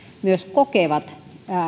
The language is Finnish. kokevat